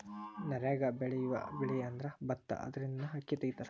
ನೇರಾಗ ಬೆಳಿಯುವ ಬೆಳಿಅಂದ್ರ ಬತ್ತಾ ಅದರಿಂದನ ಅಕ್ಕಿ ತಗಿತಾರ